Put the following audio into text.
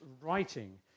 writing